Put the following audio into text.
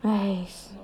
!hais!